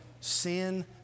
Sin